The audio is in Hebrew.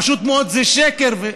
פשוט מאוד, זה שקר.